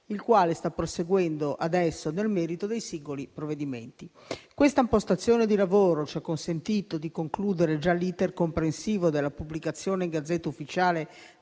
il quale sta proseguendo adesso nel merito dei singoli provvedimenti. Questa impostazione di lavoro ci ha consentito di concludere già l'*iter* comprensivo della pubblicazione in *Gazzetta Ufficiale*